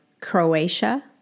Croatia